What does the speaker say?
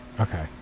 Okay